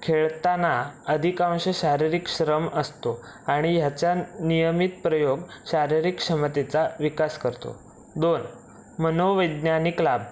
खेळताना अधिकांश शारीरिक श्रम असतो आणि ह्याच्या नियमित प्रयोग शारीरिक क्षमतेचा विकास करतो दोन मनोवैज्ञानिक लाभ